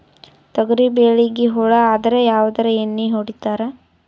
ತೊಗರಿಬೇಳಿಗಿ ಹುಳ ಆದರ ಯಾವದ ಎಣ್ಣಿ ಹೊಡಿತ್ತಾರ?